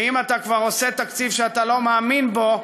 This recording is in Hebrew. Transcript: ואם אתה כבר עושה תקציב שאתה לא מאמין בו,